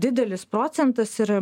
didelis procentas ir